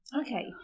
Okay